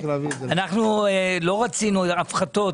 אנחנו לא רצינו הפחתות,